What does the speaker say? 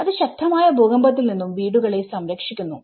അത് ശക്തമായ ഭൂകമ്പത്തിൽ നിന്നും വീടുകളെ സംരക്ഷിക്കുന്നു